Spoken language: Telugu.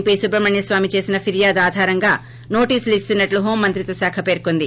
పీ సుబ్రహ్మణ్యస్వామి చేసిన ఫిర్యాదు ఆధారంగా నోటీసులు ఇస్తున్నట్లు హోంమంత్రిత్వ శాఖ పేర్కొంది